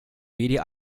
media